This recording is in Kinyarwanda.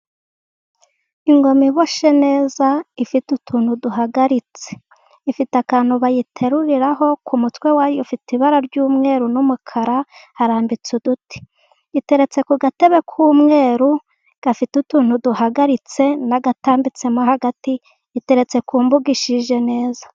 Ingoma iboshye neza ifite utuntu duhagaritse ifite akantu bayiteruriraho, ku mutwe wayo ufite ibara ry'umweru n'umukara. Harambitse uduti iteretse ku gatebe k'umweru gafite utuntu duhagaritse n'agatambitsemo hagati, iteretse ku mbuga ishije neza.